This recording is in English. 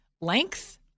length